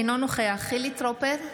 אינו נוכח חילי טרופר,